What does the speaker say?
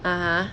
ah ha